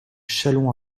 châlons